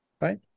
right